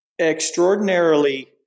extraordinarily